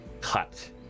cut